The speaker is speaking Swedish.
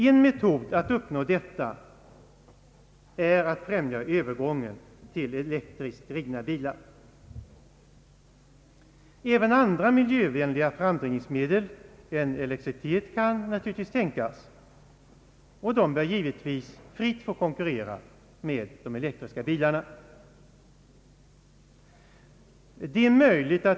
En metod att uppnå detta är att främja övergången till elektriskt drivna bilar. även andra miljövänliga framdrivningsmedel än elektricitet kan naturligtvis tänkas, och de bör givetvis fritt få konkurrera med elbilarna.